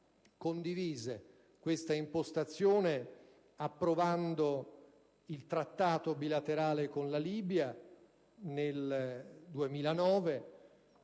condivise questa impostazione approvando il Trattato bilaterale con la Libia nel 2009,